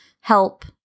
help